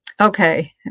okay